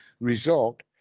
result